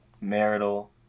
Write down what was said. marital